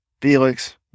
Felix